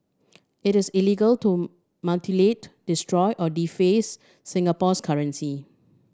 it is illegal to mutilate destroy or deface Singapore's currency